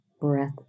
breath